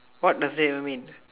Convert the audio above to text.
what does that even mean